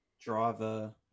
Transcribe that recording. driver